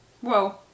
Whoa